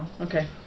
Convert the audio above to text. Okay